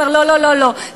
הוא אומר: לא לא לא לא,